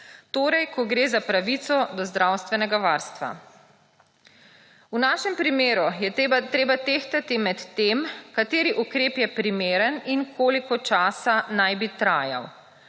torej ko gre za pravico do zdravstvenega varstva. V našem primeru je treba tehtati med tem, kateri ukrep je primeren in koliko časa naj bi trajal.